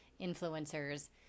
influencers